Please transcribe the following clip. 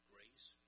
Grace